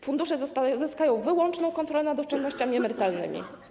Fundusze zyskają wyłączną kontrolę nad oszczędnościami emerytalnymi.